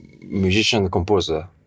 musician-composer